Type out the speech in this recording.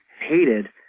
hated